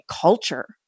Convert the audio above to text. culture